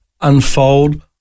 unfold